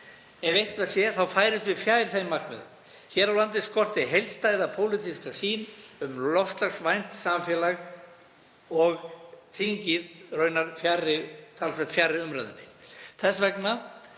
Ef eitthvað sé færumst við fjær þeim markmiðum. Hér á landi skorti heildstæða pólitíska sýn um loftslagsvænt samfélag og þingið sé raunar talsvert fjarri umræðunni.